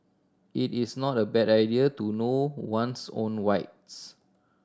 it is not a bad idea to know one's own rights